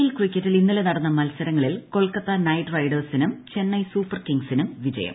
L ക്രിക്കറ്റിൽ ഇന്നലെ നടന്ന മത്സരങ്ങളിൽ കൊൽക്കത്ത നൈറ്റ് റൈഡേഴ്സിനും ചെന്നൈ സൂപ്പർ കിങ്സിനും വിജയം